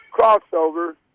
crossover